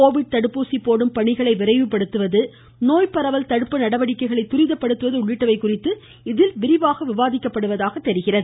Covid தடுப்பூசி போடும் பணிகளை விரைவு படுத்துவது நோய்பரவல் தடுப்பு நடவடிக்கைகளை தரிதப்படுத்துவது உள்ளிட்டவை குறித்து இதில் விரிவாக விவாதிக்கப்படுகிறது